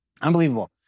Unbelievable